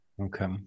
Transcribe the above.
Okay